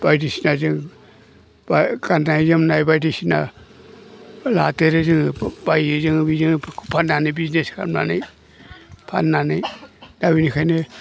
बायदिसिना जों बा गाननाय जोमनाय बायदिसिना लादेरो जोङो बायो जोङो बेजोंनो फाननानै बिजनेस खालामनानै फाननानै दा बिनिखायनो